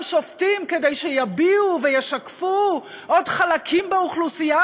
שופטים כדי שיביעו וישקפו עוד חלקים באוכלוסייה,